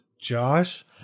Josh